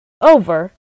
over